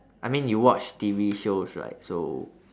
I mean you watch T_V shows right so